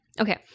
Okay